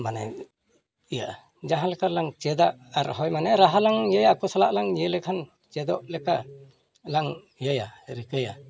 ᱢᱟᱱᱮ ᱤᱭᱟᱹᱜᱼᱟ ᱡᱟᱦᱟᱸ ᱞᱮᱠᱟ ᱞᱟᱝ ᱪᱮᱫᱟ ᱟᱨ ᱦᱳᱭ ᱢᱟᱱᱮ ᱨᱟᱦᱟ ᱞᱟᱝ ᱤᱭᱟᱹᱭᱟ ᱟᱠᱳ ᱥᱟᱞᱟᱜ ᱞᱟᱝ ᱤᱭᱟᱹ ᱞᱮᱠᱷᱟᱱ ᱪᱮᱫᱚᱜ ᱞᱮᱠᱟ ᱞᱟᱝ ᱤᱭᱟᱹᱭᱟ ᱨᱤᱠᱟᱹᱭᱟ